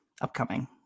upcoming